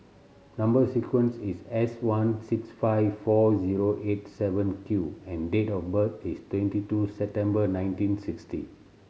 number sequence is S one six five four zero eight seven Q and date of birth is twenty two September nineteen sixty